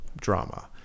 drama